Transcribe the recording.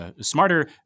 smarter